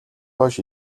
хойш